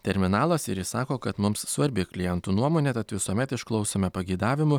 terminalas ir ji sako kad mums svarbi klientų nuomonė tad visuomet išklausome pageidavimų